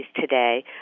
today